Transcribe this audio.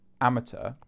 amateur